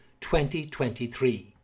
2023